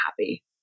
happy